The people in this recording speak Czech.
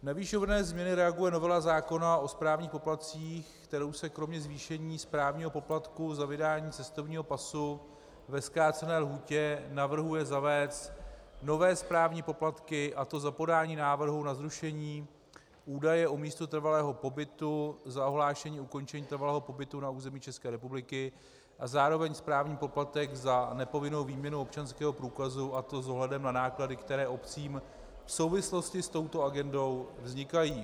Na výše uvedené změny reaguje novela zákona o správních poplatcích, kterou se kromě zvýšení správního poplatku za vydání cestovního pasu ve zkrácené lhůtě navrhuje zavést nové správní poplatky, a to za podání návrhu na zrušení údaje o místu trvalého pobytu, za ohlášení ukončení trvalého pobytu na území České republiky a zároveň správní poplatek za nepovinnou výměnu občanského průkazu, a to s ohledem na náklady, které obcím v souvislosti s touto agendou vznikají.